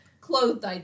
Clothed